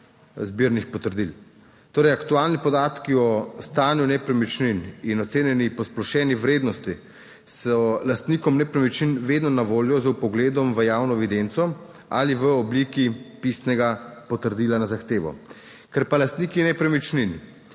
zbirnih potrdil. Torej, aktualni podatki o stanju nepremičnin in ocenjeni posplošeni vrednosti so lastnikom nepremičnin vedno na voljo z vpogledom v javno evidenco ali v obliki pisnega potrdila na zahtevo. Ker pa lastniki nepremičnin